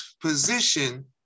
position